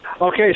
Okay